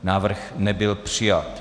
Návrh nebyl přijat.